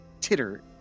titter